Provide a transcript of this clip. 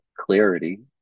Clarity